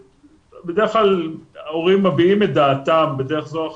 בדרך כלל ההורים מביעים את דעתם בדרך זו או אחרת,